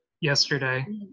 yesterday